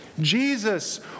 Jesus